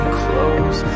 close